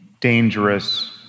dangerous